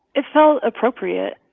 it felt appropriate.